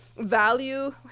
Value